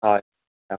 হয় অঁ